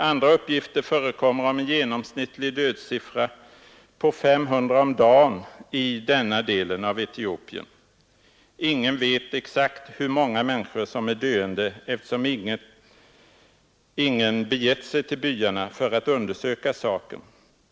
Andra uppgifter förekommer om en genomsnittlig dödssiffra på 500 om dagen i den delen av Etiopien. Ingen vet exakt hur många människor som är döende eftersom ingen begett sig till byarna för att undersöka saken.